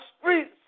streets